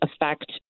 affect